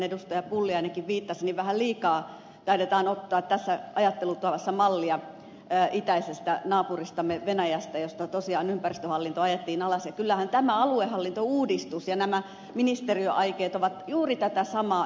pulliainenkin viittasi niin vähän liikaa taidetaan ottaa tässä ajattelutavassa mallia itäisestä naapuristamme venäjästä josta tosiaan ympäristöhallinto ajettiin alas ja kyllähän tämä aluehallintouudistus ja nämä ministeriöaikeet ovat juuri tätä samaa